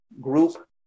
group